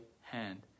hand